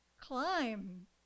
climb